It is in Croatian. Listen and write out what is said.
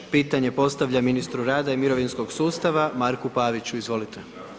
Pitanje postavlja ministru rada i mirovinskog sustavu Marku Paviću, izvolite.